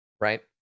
right